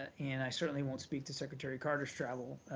and i certainly won't speak to secretary carter's travel.